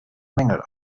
mängel